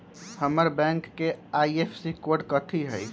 हमर बैंक के IFSC code कथि हई?